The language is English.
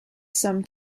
some